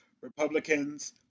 Republicans